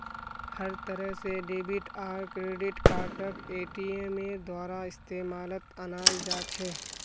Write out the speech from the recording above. हर तरह से डेबिट आर क्रेडिट कार्डक एटीएमेर द्वारा इस्तेमालत अनाल जा छे